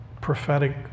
prophetic